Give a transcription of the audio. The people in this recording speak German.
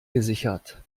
gesichert